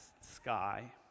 sky